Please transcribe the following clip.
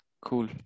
Cool